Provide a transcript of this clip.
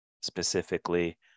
specifically